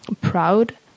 proud